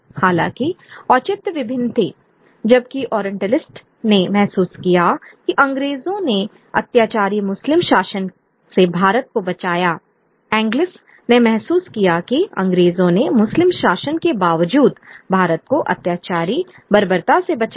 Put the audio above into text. हालाँकि औचित्य विभिन्न थी जबकि ओरिएंटलिस्ट ने महसूस किया कि अंग्रेजों ने अत्याचारी मुस्लिम शासन से भारत को बचाया एंग्लिसिस्ट ने महसूस किया कि अंग्रेजों ने मुस्लिम शासन के बावजूद भारत को अत्याचारी बर्बरता से बचाया